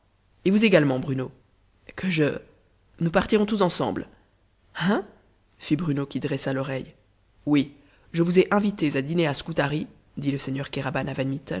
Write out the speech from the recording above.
et vous également bruno que je nous partirons tous ensemble hein fit bruno qui dressa l'oreille oui je vous ai invités à dîner à scutari dit le seigneur kéraban